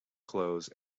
clothes